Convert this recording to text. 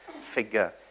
figure